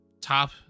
top